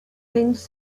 things